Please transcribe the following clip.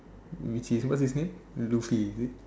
which is what do you say Luffy is it